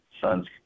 sons